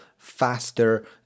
faster